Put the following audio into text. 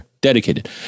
dedicated